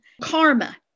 karma